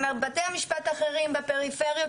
בבתי המשפט האחרים בפריפריה,